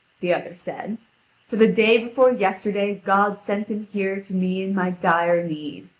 the other said for the day before yesterday god sent him here to me in my dire need.